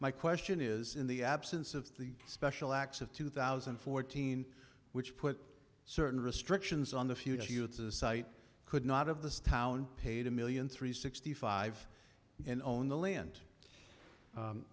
my question is in the absence of the special acts of two thousand and fourteen which put certain restrictions on the future you it's a site could not of this town paid a million three sixty five and own the land